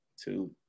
two